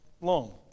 long